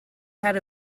had